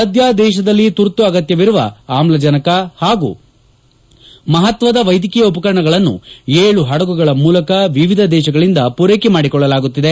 ಸದ್ಯ ದೇಶದಲ್ಲಿ ತುರ್ತು ಅಗತ್ಯವಿರುವ ಆಮ್ಲಜನಕ ಹಾಗೂ ಮಹತ್ವದ ವೈದ್ಯಕೀಯ ಉಪಕರಣಗಳನ್ನು ಏಳು ಹಡಗುಗಳ ಮೂಲಕ ವಿವಿಧ ದೇಶಗಳಿಂದ ಪೂರೈಕೆ ಮಾಡಿಕೊಳ್ಳಲಾಗುತ್ತಿದೆ